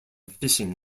fishing